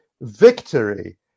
victory